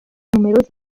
numerosi